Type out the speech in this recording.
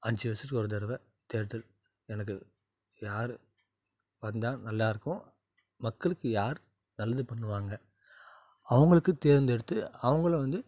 அஞ்சு வருஷத்துக்கு ஒரு தடவை தேர்தல் எனக்கு யார் வந்தால் நல்லாயிருக்கும் மக்களுக்கு யார் நல்லது பண்ணுவாங்க அவங்களுக்கு தேர்ந்தெடுத்து அவங்களை வந்து